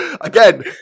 Again